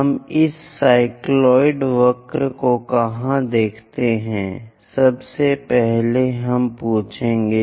हम इस साइक्लॉयड वक्र को कहां देखते हैं सबसे पहले हम पूछेंगे